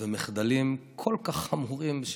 ומחדלים כל כך חמורים,